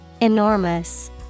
Enormous